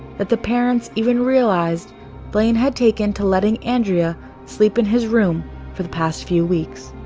that the parents even realized blaine had taken to letting andrea sleep in his room for the past few weeks.